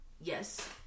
Yes